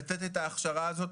לתת את ההכשרה הזאת,